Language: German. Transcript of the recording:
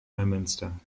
neumünster